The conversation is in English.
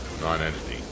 non-entity